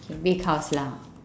okay big house lah